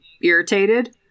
irritated